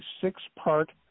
six-part